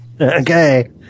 Okay